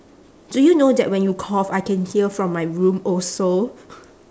do you know that when you cough I can hear from my room also